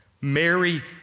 Mary